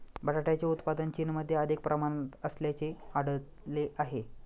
बटाट्याचे उत्पादन चीनमध्ये अधिक प्रमाणात असल्याचे आढळले आहे